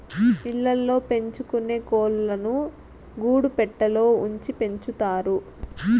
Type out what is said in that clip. ఇళ్ళ ల్లో పెంచుకొనే కోళ్ళను గూడు పెట్టలో ఉంచి పెంచుతారు